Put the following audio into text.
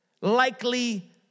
likely